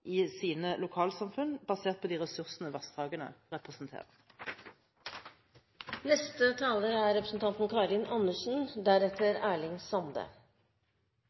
i sine lokalsamfunn, basert på de ressursene vassdragene representerer.